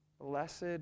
blessed